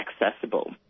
accessible